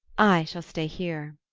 i shall stay here.